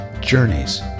journeys